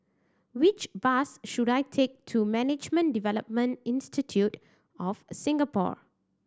which bus should I take to Management Development Institute of Singapore